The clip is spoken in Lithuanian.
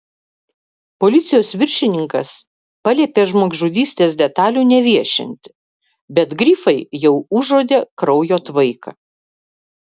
policijos viršininkas paliepė žmogžudystės detalių neviešinti bet grifai jau užuodė kraujo tvaiką